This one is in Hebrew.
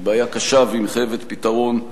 היא בעיה קשה והיא מחייבת פתרון,